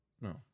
No